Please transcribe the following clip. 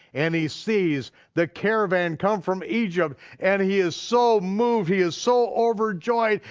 and he sees the caravan come from egypt and he is so moved, he is so overjoyed,